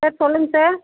sir சொல்லுங்கள் sir